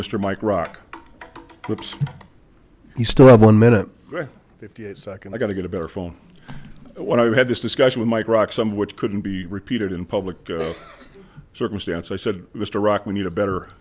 mr mike rock groups you still have one minute fifty eight seconds i got to get a better phone when i had this discussion with mike rock some which couldn't be repeated in public circumstance i said mr rock we need a better